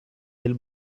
del